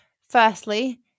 Firstly